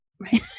Right